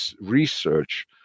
research